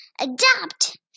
adapt